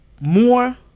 More